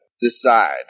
decide